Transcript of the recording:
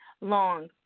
Long